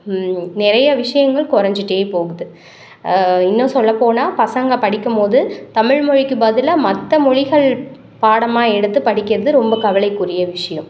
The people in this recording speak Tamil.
நிறைய விஷயங்கள் கொறைஞ்சிட்டே போகுது இன்னும் சொல்லப்போனால் பசங்க படிக்கும்போது தமிழ்மொழிக்கு பதிலாக மற்ற மொழிகள் பாடமாக எடுத்து படிக்கிறது ரொம்ப கவலைக்குரிய விஷயம்